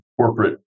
corporate